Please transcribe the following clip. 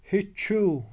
ہیٚچھِو